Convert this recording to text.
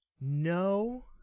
No